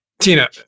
Tina